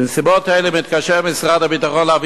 בנסיבות האלה מתקשה משרד הביטחון להעביר